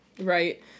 Right